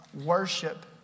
Worship